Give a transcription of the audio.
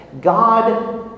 God